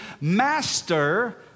master